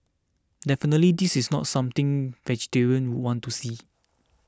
definitely this is not something vegetarians would want to see